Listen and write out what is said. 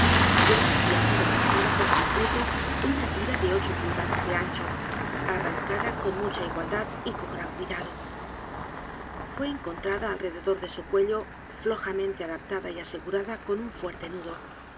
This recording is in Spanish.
y de ella había sido arrancada por completo u n a tira de ocho pulgadas de ancho arrancada con mucha igualdad y con g r a n cuidado f u é encontradaal rededor de su cuello flojamente adaptada y asegurada con un fuerte nudo